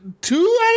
Two